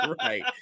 Right